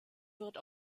wird